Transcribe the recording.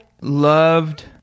loved